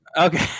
Okay